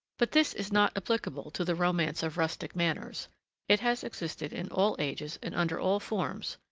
but this is not applicable to the romance of rustic manners it has existed in all ages and under all forms,